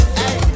hey